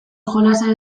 jolasa